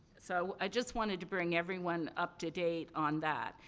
so i just wanted to bring everyone up to date on that.